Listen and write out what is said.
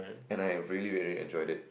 and I have really really enjoy it